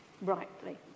rightly